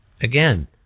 again